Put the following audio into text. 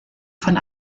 von